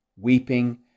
weeping